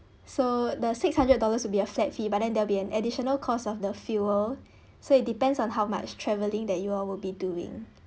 so the six hundred dollars will be a flat fee but then there'll be an additional cost of the fuel so it depends on how much travelling that you all will be doing